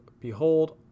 Behold